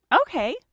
okay